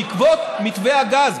בעקבות מתווה גז.